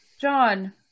John